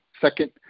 second